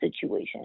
situation